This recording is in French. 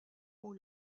mots